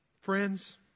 friends